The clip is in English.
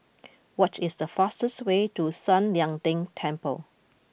what is the fastest way to San Lian Deng Temple